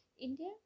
India